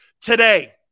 today